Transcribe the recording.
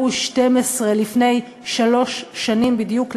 לפני שלוש שנים בדיוק,